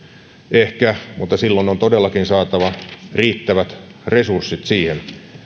ehkä mutta silloin on todellakin saatava riittävät resurssit siihen